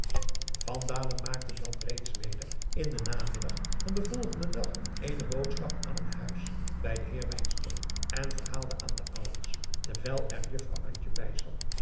maakte dan reeds weder in den namiddag van den volgenden dag eene boodschap aan het huis bij den heer wynstok en verhaalde aan de ouders terwijl er juffrouw